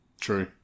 True